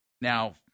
Now